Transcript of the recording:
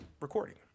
recording